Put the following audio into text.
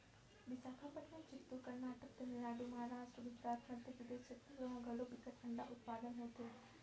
बिसाखापटनम, चित्तूर, करनाटक, तमिलनाडु, महारास्ट, गुजरात, मध्य परदेस, छत्तीसगढ़ म घलौ बिकट अंडा उत्पादन होथे